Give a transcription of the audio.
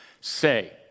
say